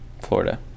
Florida